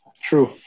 true